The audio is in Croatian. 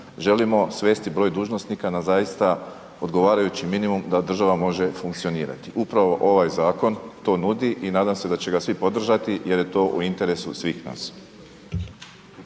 želimo svesti broj dužnosnika na zaista odgovarajući minimum da država može funkcionirati. Upravo ovaj zakon to nudi i nadam se da će ga svi podržati jer je to u interesu svih nas.